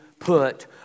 Put